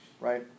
right